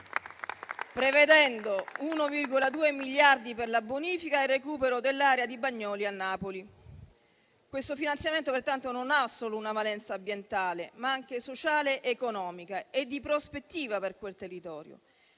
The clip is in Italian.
prevedendo 1,2 miliardi per la bonifica e il recupero dell'area di Bagnoli a Napoli. Questo finanziamento pertanto non ha solo una valenza ambientale, ma anche sociale, economica e di prospettiva per quel territorio